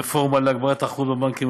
הרפורמה להגברת התחרות בבנקים,